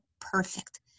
perfect